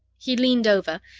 he leaned over,